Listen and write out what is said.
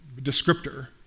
descriptor